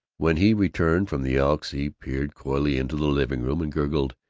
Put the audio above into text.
when he returned from the elks he peered coyly into the living-room and gurgled,